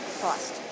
cost